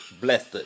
blessed